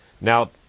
Now